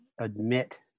admit